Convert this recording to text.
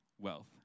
wealth